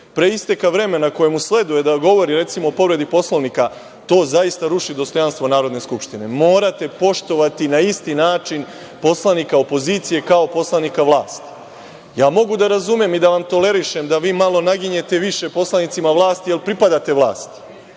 pre isteka vremena koje mu sleduje da govori, recimo o povredi Poslovnika, to zaista ruši dostojanstvo Narodne skupštine. Morate poštovati na isti način poslanika opozicije kao i poslanika vlasti. Mogu da razumem i da vam tolerišem da vi malo naginjete više poslanicima vlasti, jer pripadate vlasti,